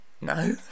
No